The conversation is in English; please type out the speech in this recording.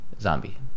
zombie